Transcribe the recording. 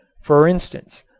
for instance,